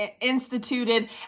instituted